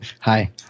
Hi